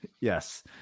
Yes